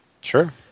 Sure